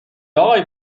آقای